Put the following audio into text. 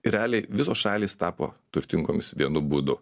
realiai visos šalys tapo turtingomis vienu būdu